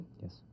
Yes